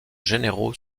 généraux